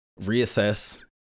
reassess